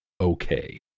okay